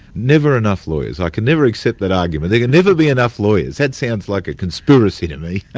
never enough lawyers. i can never accept that argument. there can never be enough lawyers. that sounds like a conspiracy to me.